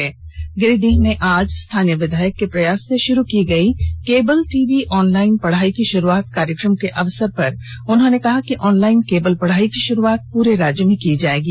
आज गिरिंडीह में स्थानीय विधायक के प्रयास से शुरू की गई केबल टीवी ऑनलाइन पढ़ाई की शुरूआत कार्यकम के अवसर पर उन्होंने कहा कि ऑनलाइन केबल पढ़ाई की शुरूआत पूरे राज्य में की जाएगी